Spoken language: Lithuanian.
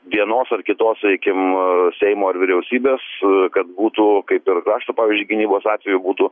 vienos ar kitos sakykim seimo ar vyriausybės kad būtų kaip ir krašto pavyzdžiui gynybos atveju būtų